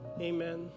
Amen